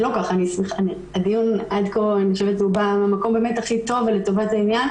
לכך שהדיון יהיה במקום הכי טוב ולטובת העניין.